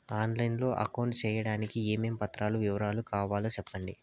On line లో account సేయడానికి ఏమేమి పత్రాల వివరాలు కావాలో సెప్పండి?